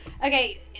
okay